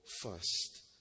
first